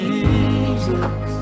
Jesus